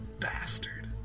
bastard